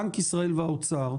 בנק ישראל והאוצר,